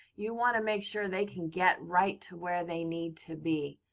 you want to make sure they can get right to where they need to be.